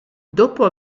dopo